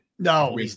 No